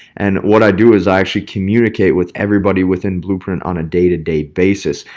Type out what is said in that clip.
and what i do is i actually communicate with everybody within blueprint on a day to day basis.